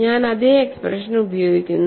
ഞാൻ അതേ എക്സ്പ്രഷൻ ഉപയോഗിക്കുന്നു